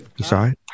Sorry